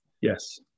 Yes